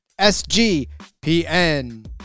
SGPN